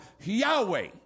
Yahweh